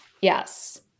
Yes